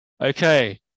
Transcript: Okay